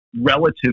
relative